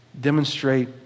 demonstrate